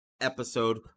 episode